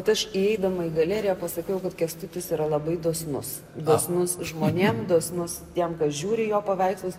prieš eidama į galeriją pasakiau kad kęstutis yra labai dosnus dosnus žmonėm dosnus tiem kas žiūri į jo paveikslus